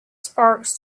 sparks